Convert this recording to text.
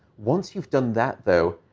once you've done that, though,